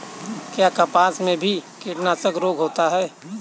क्या कपास में भी कीटनाशक रोग होता है?